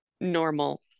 normal